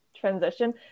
transition